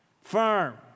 firm